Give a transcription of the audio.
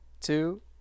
two